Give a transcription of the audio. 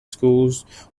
schools